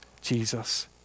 Jesus